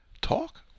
talk